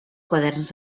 quaderns